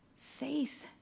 Faith